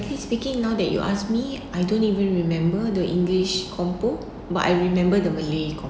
frankly speaking now that you ask me I don't even remember the english compo~ but I remember the malay compo~